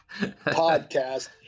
podcast